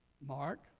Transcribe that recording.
Mark